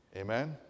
Amen